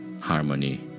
harmony